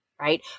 right